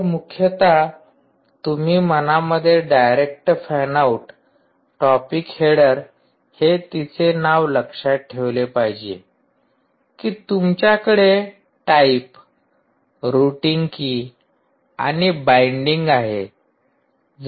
तर मुख्यतः तुम्ही मनामध्ये direct fan out topic header हे तिचे नाव लक्षात ठेवले पाहिजे की तुमच्याकडे टाईप रुटिंग की आणि बाईडिंग आहे